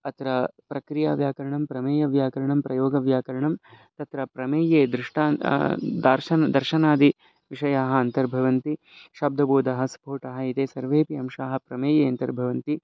अत्र प्रक्रिया व्याकरणं प्रमेयव्याकरणं प्रयोगव्याकरणं तत्र प्रमेये दृष्टा दार्शनं दर्शनादि विषयाः अन्तर्भवन्ति शब्दबोधः स्फोटः इति सर्वेऽपि अंशाः प्रमेयन्तर्भवन्ति